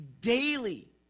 daily